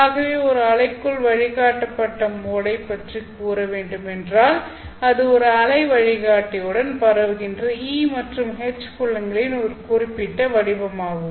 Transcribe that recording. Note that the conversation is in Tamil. ஆகவே ஒரு அலைக்குள் வழிகாட்டப்பட்ட மோட்டை பற்றி கூற வேண்டுமென்றால் அது ஒரு அலை வழிகாட்டியுடன் பரவுகின்ற E மற்றும் H புலங்களின் ஒரு குறிப்பிட்ட வடிவமாகும்